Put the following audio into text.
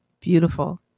beautiful